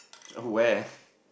so where